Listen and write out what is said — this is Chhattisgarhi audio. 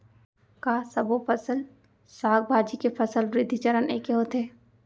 का सबो फसल, साग भाजी के फसल वृद्धि चरण ऐके होथे?